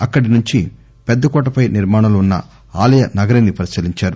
అక్కడి నుంచి పెద్దకోట పై నిర్మాణంలో ఉన్న ఆలయ నగరిని పరిశీలించారు